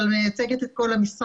אבל מייצגת את כל המשרד,